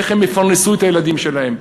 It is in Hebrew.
איך הם יפרנסו את הילדים שלהם,